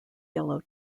yellow